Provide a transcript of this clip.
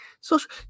social